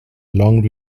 long